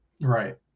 right